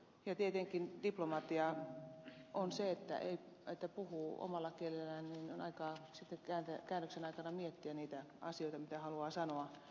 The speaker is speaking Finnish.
ja tietenkin diplomatiaa on se että kun puhuu omalla kielellään niin on aikaa sitten käännöksen aikana miettiä niitä asioita mitä haluaa sanoa